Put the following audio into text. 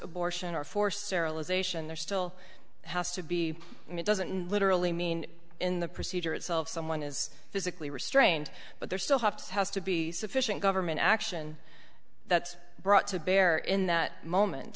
abortion or forced sterilization there still has to be and it doesn't literally mean in the procedure itself someone is physically restrained but there still have to has to be sufficient government action that's brought to bear in that moment